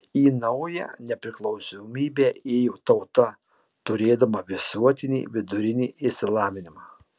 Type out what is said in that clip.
į naują nepriklausomybę ėjo tauta turėdama visuotinį vidurinį išsilavinimą